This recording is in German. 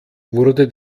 wurde